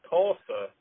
Tulsa